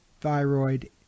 thyroid